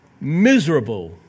miserable